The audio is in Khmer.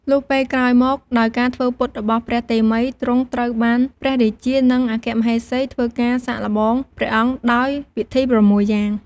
លុះពេលក្រោយមក ដោយការធ្វើពុតរបស់ព្រះតេមិយ ទ្រង់ត្រូវបានព្រះរាជា និងអគ្គមហេសីធ្វើការសាកល្បងព្រះអង្គដោយវិធី៦យ៉ាង។